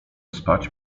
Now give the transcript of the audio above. spać